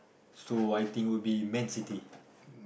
so I think would be man-city